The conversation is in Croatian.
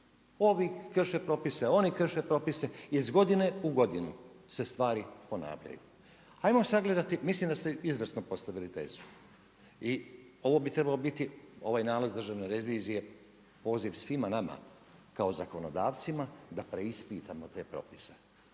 Ovi krše propise, oni krše propise, iz godine u godine se stvari ponavljaju. Ajmo sagledati, mislim da ste izvrsno postavili tezu i ovo bi trebalo biti, ovaj nalaz Državne revizije, poziv svima nama kao zakonodavcima, da preispitamo te propise.